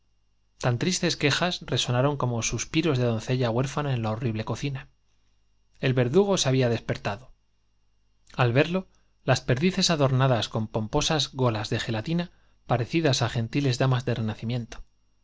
tan tristes quejas resonaron como suspiros de doncella huérfana en la horrible cocina el verdugo se había despertado al verlo las perdices adornadas con pomposas golas de gelatina parecidas á gentiles damas del renacimiento